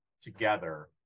together